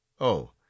Oh